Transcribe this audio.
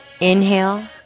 Inhale